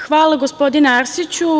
Hvala gospodine Arsiću.